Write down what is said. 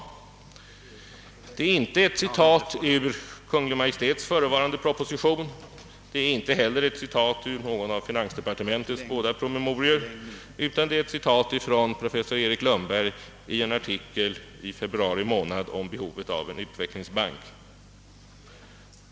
Det är inte ett citat ur Kungl. Maj:ts förevarande proposition och inte heller ur någon av finansdepartementets båda promemorior, utan det är ett citat av professor Erik Lundberg ur en artikel i februari månad om behovet av en utvecklingsbank.